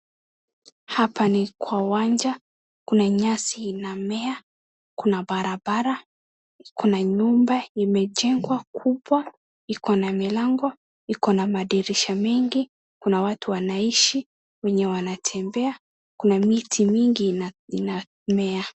Hapa ni kwa uwanja, kuna nyasi inamea, kuna barabara, kuna nyumba imejengwa kubwa iko na milango, iko na madirisha mengi, kuna watu wanaishi wenye wanatembea, kuna miti mingi inamea.